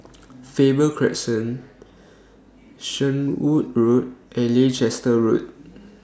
Faber Crescent Shenvood Road and Leicester Road